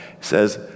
says